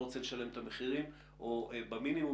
רוצה לשלם את המחירים או לשלם במינימום.